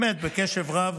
באמת, בקשב רב.